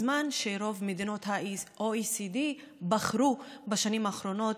בזמן שרוב מדינות ה-OECD בחרו בשנים האחרונות